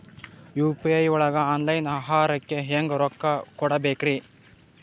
UPI ಒಳಗ online ಆಹಾರಕ್ಕೆ ಹೆಂಗ್ ರೊಕ್ಕ ಕೊಡಬೇಕ್ರಿ?